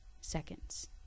seconds